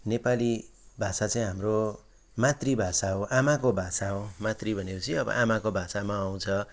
नेपाली भाषा चाहिँ हाम्रो मातृ भाषा हो आमाको भाषा हो मातृ भने पछि अब आमाको भाषामा आउँछ